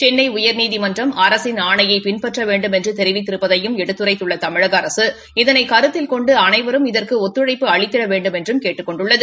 சென்னை உயர்நீதிமன்றம் அரசின் ஆணையை பின்பற்ற வேண்டுமென்று தெரிவித்திருப்பதையும் எடுத்துரைத்துள்ள தமிழக அரக இதனை கருத்தில் கொண்டு அனைவரும் இதற்கு ஒத்துழைப்பு அளித்திட வேண்டுமென்றும் கேட்டுக் கொண்டுள்ளது